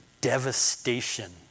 devastation